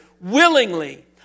willingly